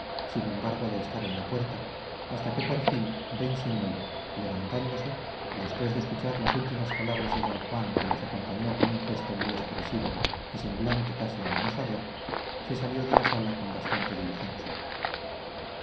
sin embargo de estar en la puerta hasta que por fin ben simuel levantándose y después de escuchar las últimas palabras de don juan que las acompañó con un gesto muy expresivo y semblante casi amenazador se salió de la sala con bastante diligencia